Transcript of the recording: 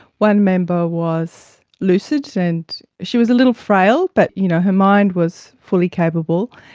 one member was lucid, and she was a little frail but you know her mind was fully capable,